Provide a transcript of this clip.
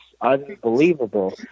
unbelievable